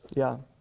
yeah.